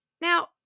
now